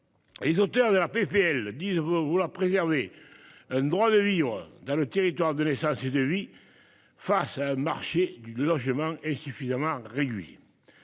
Les auteurs de la PPL dit vouloir préserver. Le droit de vivre dans le territoire de l'essence et de lui. Face à un marché du logement est suffisamment réduit.